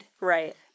Right